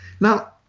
Now